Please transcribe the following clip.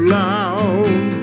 loud